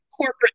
Corporate